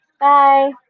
bye